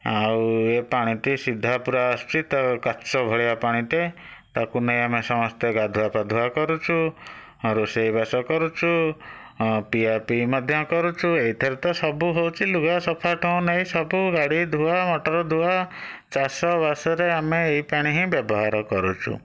ଆଉ ଏ ପାଣିଟି ସିଧା ପୁରା ଆସୁଛି ତ କାଚ ଭଳିଆ ପାଣିଟେ ତାକୁ ନେଇ ଆମେ ସମସ୍ତେ ଗାଧୁଆ ପାଧୁଆ କରୁଛୁ ରୋଷେଇବାସ କରୁଛୁ ଆଉ ପିଆପିଇ ମଧ୍ୟ କରୁଛୁ ଏହିଥିରେ ତ ସବୁ ହେଉଛି ଲୁଗା ସଫାଠୁ ନେଇ ସବୁ ଗାଡ଼ି ଧୁଆ ମଟର ଧୁଆ ଚାଷବାସରେ ଆମେ ଏହି ପାଣି ହିଁ ବ୍ୟବହାର କରୁଛୁ